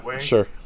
Sure